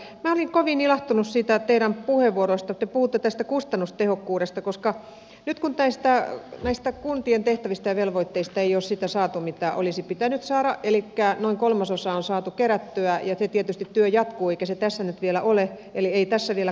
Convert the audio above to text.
minä olin kovin ilahtunut teidän puheenvuoroistanne siitä että te puhutte tästä kustannustehokkuudesta koska nyt näistä kuntien tehtävistä ja velvoitteista ei ole saatu sitä mitä olisi pitänyt saada elikkä noin kolmasosa on saatu kerättyä ja tietysti työ jatkuu eikä se tässä nyt vielä ole eli ei tässä vielä kaikki